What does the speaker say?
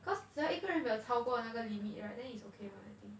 cause 只要一个人没有超过那个 limit right then it's okay [one] I think